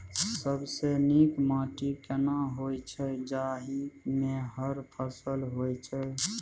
सबसे नीक माटी केना होय छै, जाहि मे हर फसल होय छै?